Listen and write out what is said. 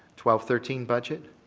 twelve thirteen budget